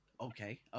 Okay